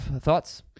thoughts